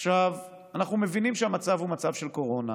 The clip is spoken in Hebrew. עכשיו, אנחנו מבינים שהמצב הוא מצב של קורונה